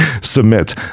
submit